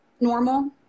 normal